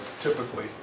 typically